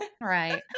right